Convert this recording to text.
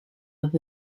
with